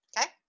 okay